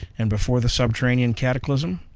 and before the subterranean cataclysm,